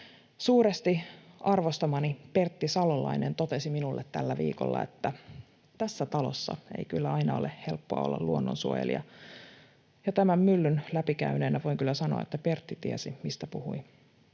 Suuresti arvostamani Pertti Salolainen totesi minulle tällä viikolla, että tässä talossa ei kyllä aina ole helppoa olla luonnonsuojelija, ja tämän myllyn läpikäyneenä voin kyllä sanoa, että Pertti tiesi, mistä puhui.